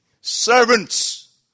servants